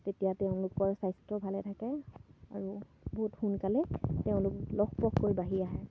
তেতিয়া তেওঁলোকৰ স্বাস্থ্য ভালে থাকে আৰু বহুত সোনকালে তেওঁলোক লহপহকৈ বাঢ়ি আহে